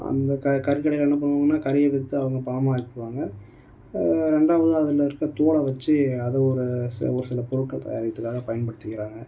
அந்த க கறிக்கடையில் என்ன பண்ணுவாங்கன்னா கறியை விற்று அவங்க பணமாக்கிக்குவாங்க ரெண்டாவது அதில் இருக்க தோலை வச்சி அதை ஒரு சில ஒரு சில பொருட்கள் தயாரிக்கத்துக்காக பயன்படுத்திக்கிறாங்க